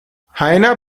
heiner